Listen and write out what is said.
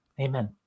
Amen